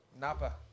Napa